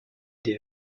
des